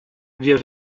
wir